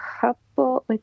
couple